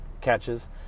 catches